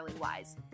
wise